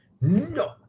No